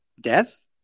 death